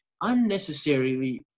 unnecessarily